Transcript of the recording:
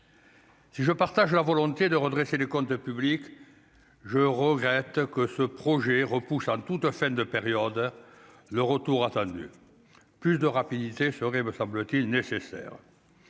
si je partage la volonté de redresser les comptes publics, je regrette que ce projet repousse en toute fin de période, le retour attendu plus de rapidité ferait, me semble-t-il nécessaire